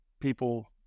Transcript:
people